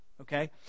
okay